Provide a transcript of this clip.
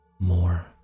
more